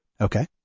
Okay